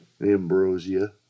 Ambrosia